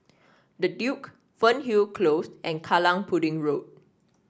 The Duke Fernhill Close and Kallang Pudding Road